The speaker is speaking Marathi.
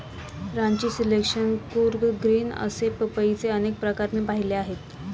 रांची सिलेक्शन, कूर्ग ग्रीन असे पपईचे अनेक प्रकार मी पाहिले आहेत